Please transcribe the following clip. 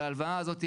אבל ההלוואה הזאת,